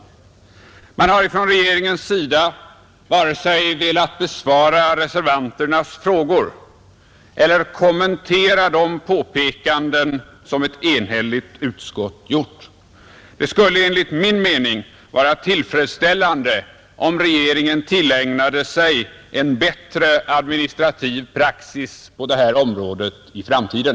Man har från regeringens sida varken velat besvara reservanternas frågor eller kommentera de påpekanden som ett enhälligt utskott har gjort. Det skulle enligt min mening vara tillfredsställande om regeringen tillägnade sig en bättre administrativ praxis på detta område i framtiden.